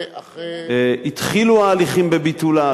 התחילו ההליכים בביטולה,